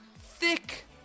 thick